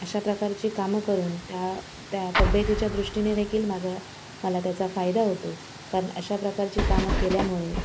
अशा प्रकारची कामं करून त्या त्या तब्ब्येतीच्या दृष्टीने देखील माझा मला त्याचा फायदा होतो कारण अशा प्रकारची कामं केल्यामुळे